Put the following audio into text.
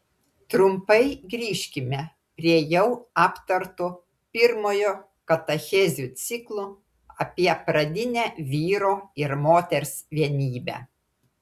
trumpai grįžkime prie jau aptarto pirmojo katechezių ciklo apie pradinę vyro ir moters vienybę